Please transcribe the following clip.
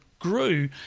Grew